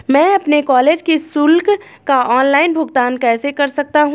मैं अपने कॉलेज की शुल्क का ऑनलाइन भुगतान कैसे कर सकता हूँ?